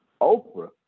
Oprah